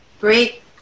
great